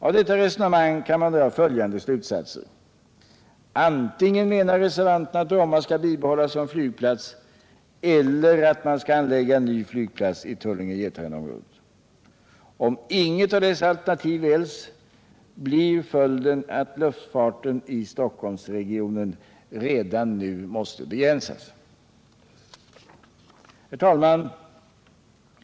Av detta resonemang kan man dra följande slutsatser. Antingen menar reservanterna att Bromma skall bibehållas som flygplats eller att man skall anlägga en ny flygplats i Tullinge/Getarenområdet. Om inget av dessa alternativ väljs, blir följden att luftfarten i Stockholmsregionen redan nu måste begränsas. Herr talman!